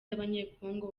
z’abanyekongo